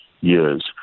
years